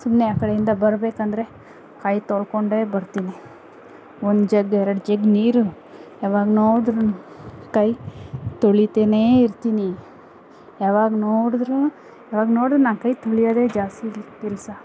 ಸುಮ್ನೆ ಆ ಕಡೆಯಿಂದ ಬರಬೇಕೆಂದ್ರೆ ಕೈ ತೊಳ್ಕೊಂಡೇ ಬರ್ತೀನಿ ಒಂದು ಜಗ್ ಎರಡು ಜಗ್ ನೀರು ಯಾವಾಗ ನೋಡಿದ್ರೂ ಕೈ ತೊಳೀತಾನೆ ಇರ್ತೀನಿ ಯಾವಾಗ ನೋಡಿದ್ರೂ ಯಾವಾಗ ನೋಡು ನಾನು ಕೈ ತೊಳಿಯೋದೆ ಜಾಸ್ತಿ ಕೆಲಸ